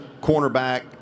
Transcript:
cornerback